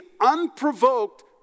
unprovoked